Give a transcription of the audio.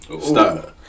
Stop